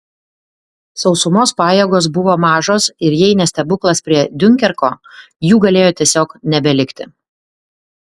sausumos pajėgos buvo mažos ir jei ne stebuklas prie diunkerko jų galėjo tiesiog nebelikti